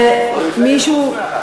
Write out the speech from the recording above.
זהו, שלא כל אחת, ממש לא כל אחת, ומישהו,